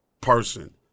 person